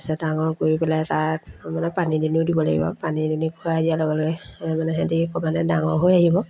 তাৰপিছত ডাঙৰ কৰি পেলাই তাত মানে পানী দুনিও দিব লাগিব পানী দুনি খুৱাই দিয়াৰ লগে লগে মানে সিহঁতি ক্ৰমান্বয়ে ডাঙৰ হৈ আহিব